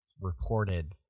reported